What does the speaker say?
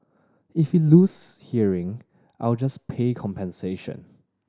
if he lose hearing I'll just pay compensation